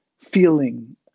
feeling